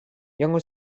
joango